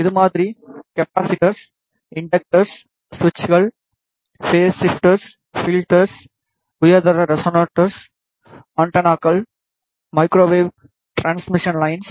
இதுமாறி capacitors inductors சுவிட்சுகள் phase shifters filters உயர்தர ரெசனேட்டர்கள் ஆண்டெனாக்கள் மைக்ரோவெவ் ட்ரான்ஸ்மிஷசன் லைன்ஸ்